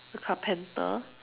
the carpenter